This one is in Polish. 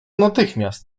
natychmiast